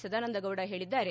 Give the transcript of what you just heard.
ಸದಾನಂದಗೌಡ ಹೇಳಿದ್ದಾರೆ